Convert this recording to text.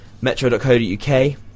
Metro.co.uk